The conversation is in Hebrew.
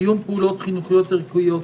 "קיום פעולות חינוכיות ערכיות,